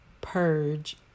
purge